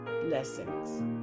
Blessings